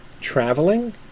traveling